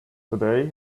today